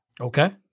Okay